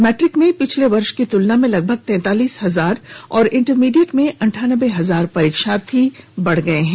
matric में पिछले वर्ष की तुलना में लगभग तैंतालीस हजार और इंटरमीडिएट में अंठानबे हजार परीक्षार्थी बढ गए हैं